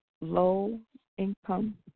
low-income